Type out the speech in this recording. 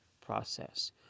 process